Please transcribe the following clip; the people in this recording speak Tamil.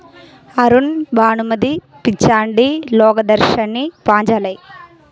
அருண் பானுமதி பிச்சாண்டி லோகதர்ஷனி பாஞ்சாலை